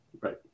Right